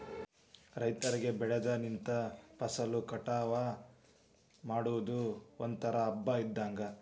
ರೈತರಿಗೆ ಬೆಳದ ನಿಂತ ಫಸಲ ಕಟಾವ ಮಾಡುದು ಒಂತರಾ ಹಬ್ಬಾ ಇದ್ದಂಗ